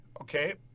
okay